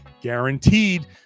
guaranteed